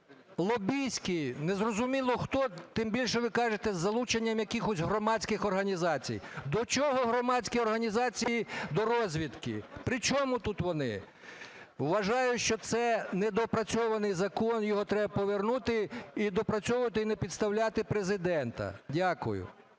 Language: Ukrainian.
лобістські, не зрозуміло хто… Тим більше ви кажете із залученням якихось громадських організацій. До чого громадські організації до розвідки, при чому тут вони? Вважаю, що це недопрацьований закон, його треба повернути і доопрацювати, і не підставляти Президента. Дякую.